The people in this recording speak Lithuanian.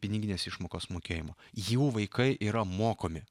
piniginės išmokos mokėjimo jų vaikai yra mokomi